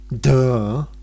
Duh